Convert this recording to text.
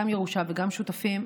גם ירושה וגם שותפים,